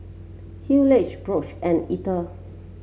Hayleigh Brook and Eller